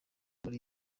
muri